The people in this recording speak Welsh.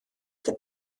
ddim